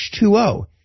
H2O